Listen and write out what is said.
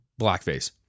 Blackface